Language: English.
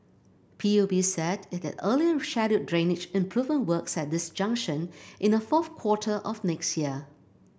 P U B said it had earlier scheduled drainage improvement works at this junction in the fourth quarter of next year